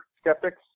skeptics